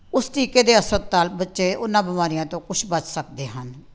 ਉਸ ਟੀਕੇ ਦੇ ਅਸਰ ਨਾਲ ਬੱਚੇ ਉਹਨਾਂ ਬਿਮਾਰੀਆਂ ਤੋਂ ਕੁਛ ਬਚ ਸਕਦੇ ਹਨ